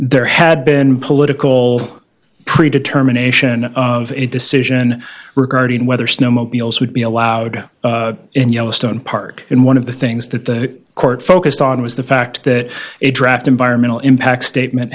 re had been political pre determination of a decision regarding whether snowmobiles would be allowed in yellowstone park in one of the things that the court focused on was the fact that a draft environmental impact statement